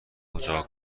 اجاق